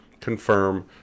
confirm